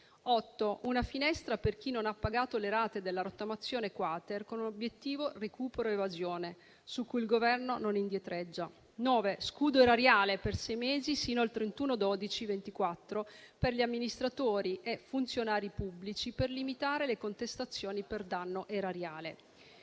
una finestra per chi non ha pagato le rate della rottamazione *quater* con l'obiettivo del recupero di evasione, su cui il Governo non indietreggia; scudo erariale per sei mesi, sino al 31 dicembre 2024, per gli amministratori e funzionari pubblici per limitare le contestazioni per danno erariale;